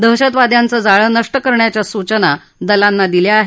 दहशतवाद्यांच जाळं नष्ट करण्याच्या सूचना दलांना दिल्या आहेत